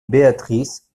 béatrice